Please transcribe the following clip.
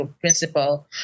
principal